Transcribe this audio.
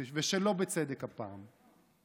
ושלא בצדק הפעם.